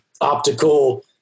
optical